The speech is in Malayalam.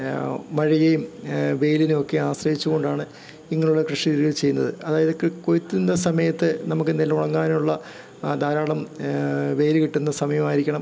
മഴയേയും വെയിലിനെയൊക്കെ ആശ്രയിച്ച് കൊണ്ടാണ് ഇങ്ങനെയുള്ള കൃഷി രീതികള് ചെയ്യുന്നത് അതായത് ക് കൊയ്ത്തിൻറ്റെ സമയത്ത് നമുക്കു നെല്ലുണങ്ങാനുള്ള ധാരാളം വെയില് കിട്ടുന്ന സമയവായിരിക്കണം